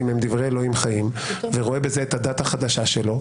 הם דברי אלוהים חיים ורואה בזה את הדת החדשה שלו,